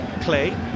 Clay